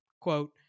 quote